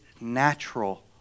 natural